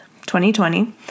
2020